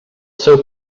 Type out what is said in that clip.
seu